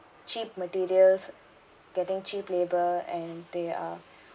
cheap materials getting cheap labour and they are